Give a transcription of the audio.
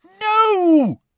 No